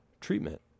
treatment